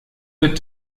seit